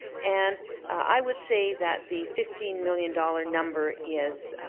and i would say that the fifteen million dollars number is